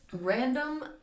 random